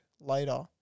later